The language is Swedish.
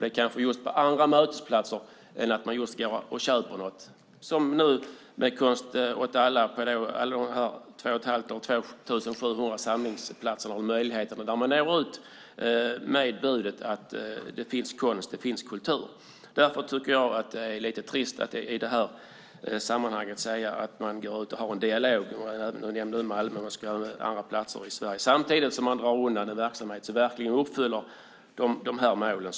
De kanske är på andra mötesplatser än där man går och köper något, till exempel på alla de här 2 700 samlingsplatserna där Konst för alla når ut med möjligheten och budet att där finns konst och kultur. Därför tycker jag att det är lite trist att i det här sammanhanget säga att man går ut och har en dialog - Malmö nämndes, och det ska även vara på andra platser i Sverige - samtidigt som man drar undan en verksamhet som verkligen uppfyller de här målen.